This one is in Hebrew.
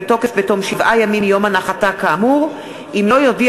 תוקף בתום שבעה ימים מיום הנחתה כאמור אם לא יודיע